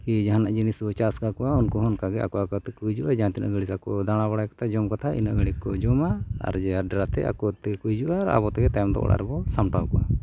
ᱠᱤ ᱡᱟᱦᱟᱱᱟᱜ ᱡᱤᱱᱤᱥ ᱵᱚ ᱪᱟᱥ ᱠᱟᱠᱚᱣᱟ ᱩᱱᱠᱩᱦᱚᱸ ᱚᱱᱠᱟᱜᱮ ᱟᱠᱚ ᱟᱠᱚ ᱛᱮᱠᱚ ᱦᱤᱡᱩᱜᱼᱟ ᱡᱟᱦᱟᱸ ᱛᱤᱱᱟᱹᱜ ᱜᱷᱟᱹᱲᱤᱡ ᱠᱚ ᱫᱟᱲᱟ ᱵᱟᱲᱟ ᱠᱟᱛᱮᱫ ᱡᱚᱢ ᱠᱟᱛᱮᱫ ᱤᱱᱟᱹ ᱜᱷᱟᱲᱤᱡ ᱠᱚ ᱡᱚᱢᱟ ᱟᱨ ᱡᱮ ᱡᱟᱦᱟᱨ ᱰᱮᱨᱟᱛᱮ ᱟᱠᱚ ᱛᱮᱠᱚ ᱦᱤᱡᱩᱜᱼᱟ ᱟᱨ ᱟᱵᱚ ᱛᱮᱜᱮ ᱛᱟᱭᱚᱢ ᱫᱚ ᱚᱲᱟᱜ ᱨᱮᱵᱚᱱ ᱥᱟᱢᱴᱟᱣ ᱠᱚᱣᱟ